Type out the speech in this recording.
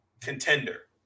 contender